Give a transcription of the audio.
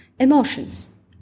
Emotions